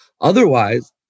Otherwise